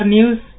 News